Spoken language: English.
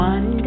One